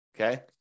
Okay